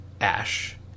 ash